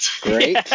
Great